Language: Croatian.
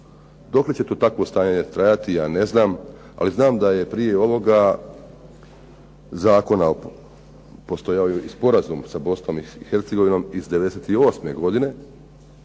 Dokle će to takvo stanje trajati ja ne znam, ali znam da je prije ovoga zakona postojao i sporazum sa Bosnom i Hercegovinom iz '98. godine,